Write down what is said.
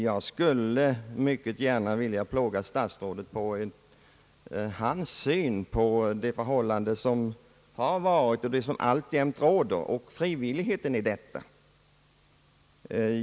Jag skulle mycket gärna vilja pressa statsrådet om hans syn på de förhållanden som har rått och alltjämt råder i fråga om frivilligheten.